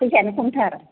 फैसायानो खमथार